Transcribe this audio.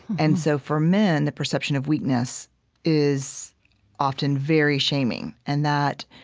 and so for men, the perception of weakness is often very shaming and that